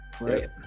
right